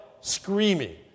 screaming